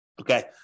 Okay